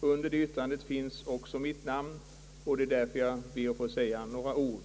Under detta yttrande finns också mitt namn, och därför vill jag säga några ord.